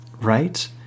right